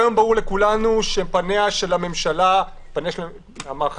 כיום ברור לכולנו שפניה של הממשלה כלפי